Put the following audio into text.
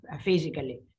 physically